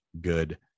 good